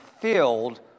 filled